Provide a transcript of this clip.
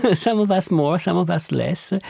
ah some of us more, some of us less.